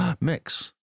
mix